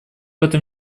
этом